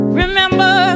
remember